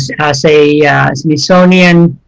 as a smithsonian